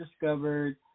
discovered